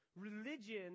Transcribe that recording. Religion